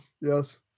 Yes